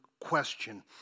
question